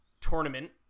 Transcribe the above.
tournament